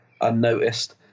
unnoticed